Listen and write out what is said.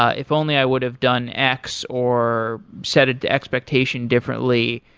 ah if only i would have done x or set the expectation differently,